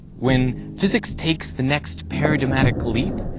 when physics takes the next paradigmatic leap,